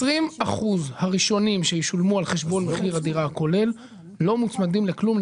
20% הראשונים שישולמו על חשבון מחיר הדירה הכולל לא מוצמדים לכלום,